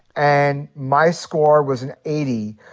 and my score was an eighty,